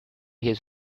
his